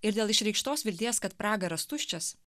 ir dėl išreikštos vilties kad pragaras tuščias